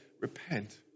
repent